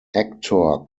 actor